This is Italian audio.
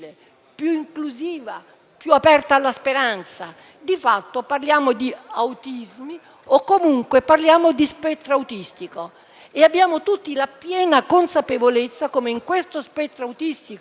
più inclusiva, più aperta alla speranza. Di fatto, parliamo di autismi o comunque parliamo di spettro autistico e abbiamo tutti la piena consapevolezza come in questo spettro autistico